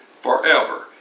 forever